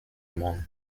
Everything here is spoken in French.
monde